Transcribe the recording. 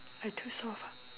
I too soft ah